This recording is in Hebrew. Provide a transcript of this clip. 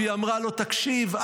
והיא אמרה לו: תקשיב,